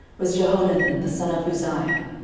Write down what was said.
was jehonathan the son of uzziah